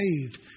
saved